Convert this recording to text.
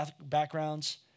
backgrounds